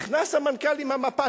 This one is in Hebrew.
נכנס המנכ"ל עם המפה.